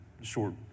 short